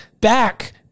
back